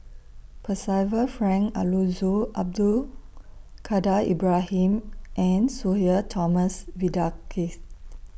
Percival Frank Aroozoo Abdul Kadir Ibrahim and Sudhir Thomas Vadaketh